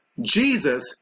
Jesus